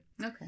Okay